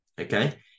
okay